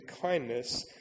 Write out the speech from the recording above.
kindness